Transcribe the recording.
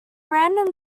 random